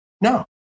No